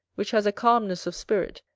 which has a calmness of spirit,